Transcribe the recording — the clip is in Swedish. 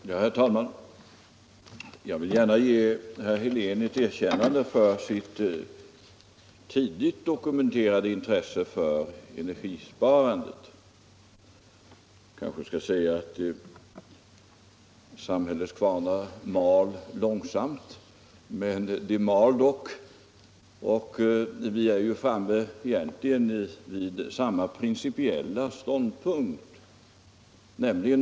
Herr talman! Jag vill gärna ge herr Helén ett erkännande för hans tidigt dokumenterade intresse för energisparandet. Jag skall kanske säga att samhällets kvarnar mal långsamt, men de mal dock, och vi har ju egentligen samma principiella ståndpunkt.